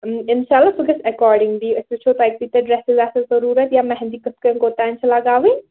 اِنشاء اللہ سُہ گژھِ اٮ۪کاڈِنٛگلی أسۍ وٕچھٕو تۄہہِ کۭتیٛاہ ڈرٛٮ۪سٕز آسنو ضٔروٗرَت یا مہنٛدی کِتھ کٲٹھۍ کوٚت تام چھِ لگاوٕنۍ